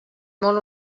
molt